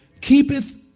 keepeth